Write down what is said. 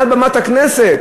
מעל במת הכנסת.